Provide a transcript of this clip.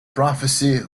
prophecy